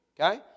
okay